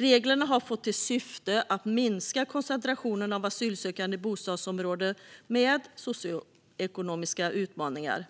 Reglerna har till syfte att minska koncentrationen av asylsökande i bostadsområden med socioekonomiska utmaningar.